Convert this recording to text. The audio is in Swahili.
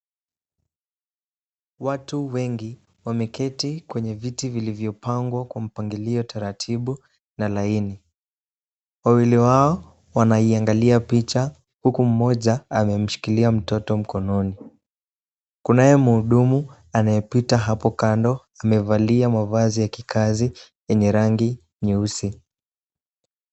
Watu wengi wameketi kwenye viti vilivyopangwa kwa mpangilio taratibu na laini. Wawili wao wanaiangalia picha huku mmoja amemshikilia mtoto mkononi. Kunaye mhudumu anayepita hapo kando amevalia mavazi ya kikazi yenye rangi nyeusi.